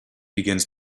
begins